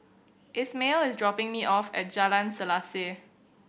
Ismael is dropping me off at Jalan Selaseh